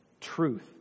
truth